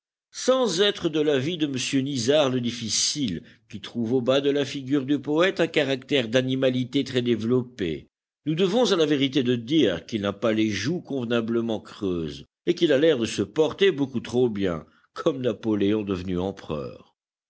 sans être de l'avis de m nisard le difficile qui trouve au bas de la figure du poëte un caractère d'animalité très développée nous devons à la vérité de dire qu'il n'a pas les joues convenablement creuses et qu'il a l'air de se porter beaucoup trop bien comme napoléon devenu empereur